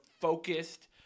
focused